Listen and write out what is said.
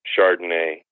Chardonnay